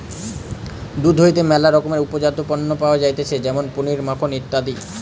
দুধ হইতে ম্যালা রকমের উপজাত পণ্য পাওয়া যাইতেছে যেমন পনির, মাখন ইত্যাদি